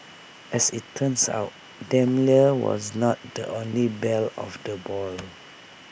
as IT turns out Daimler was not the only belle of the ball